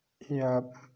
یا